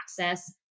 access